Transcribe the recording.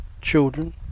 children